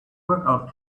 workout